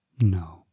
No